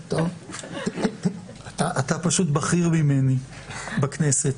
אתה פשוט בכיר ממני בכנסת,